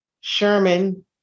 Sherman